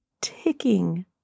ticking